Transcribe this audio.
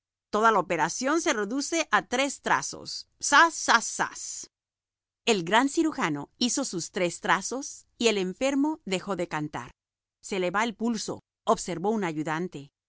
cirujano toda la operación se reduce a tres trazos zas zas zas el gran cirujano hizo sus tres trazos y el enfermo dejó de cantar se le va el pulso observó un ayudante